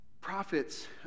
prophets